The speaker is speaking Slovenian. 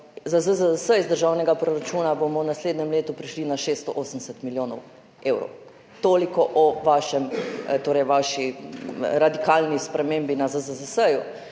ZZZS iz državnega proračuna bomo v naslednjem letu prišli na 680 milijonov evrov. Toliko o vaši radikalni spremembi na ZZZS.